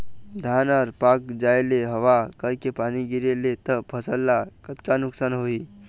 धान हर पाक जाय ले हवा करके पानी गिरे ले त फसल ला कतका नुकसान होही?